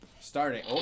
Starting